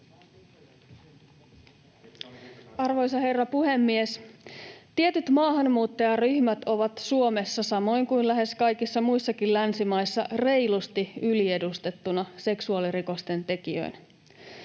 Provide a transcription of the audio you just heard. Arvoisa herra puhemies! Tietyt maahanmuuttajaryhmät ovat Suomessa, samoin kuin lähes kaikissa muissakin länsimaissa, reilusti yliedustettuna seksuaalirikosten tekijöinä.